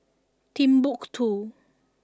Timbuk Two